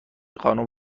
خانم